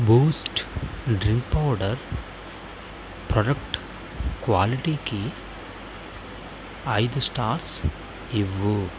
Boost drink powder product క్వాలిటీకి ఐదు stars ఇవ్వుము